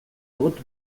dut